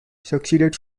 succeeded